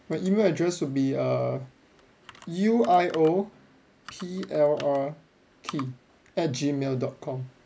my email address would be err U I O P L R T at Gmail dot com